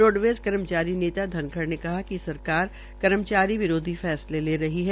roadways कर्मचारी नेता धनखड़ ने कहा िक सरकार कर्मचारी विरोधी फैसले ले रही है